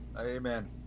Amen